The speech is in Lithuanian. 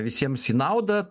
visiems į naudą